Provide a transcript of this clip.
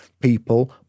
people